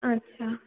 अच्छा